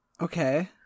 okay